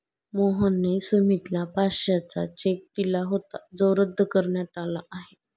मोहनने सुमितला पाचशेचा चेक दिला होता जो रद्द करण्यात आला आहे